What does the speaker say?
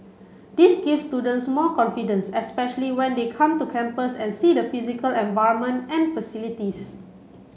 this gives students more confidence especially when they come to campus and see the physical environment and facilities